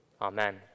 Amen